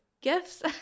gifts